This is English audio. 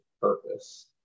purpose